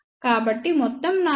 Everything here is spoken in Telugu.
కాబట్టి మొత్తం నాయిస్ ఫిగర్ 1